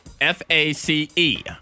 F-A-C-E